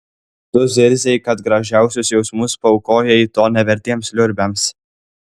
tu zirzei kad gražiausius jausmus paaukojai to nevertiems liurbiams